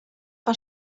van